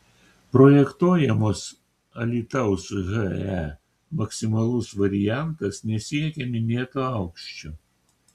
projektuojamos alytaus he maksimalus variantas nesiekia minėto aukščio